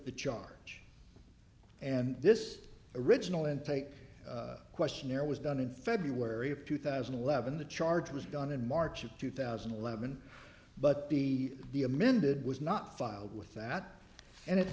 the charge and this original intake questionnaire was done in february of two thousand and eleven the charge was done in march of two thousand and eleven but the the amended was not filed with that and it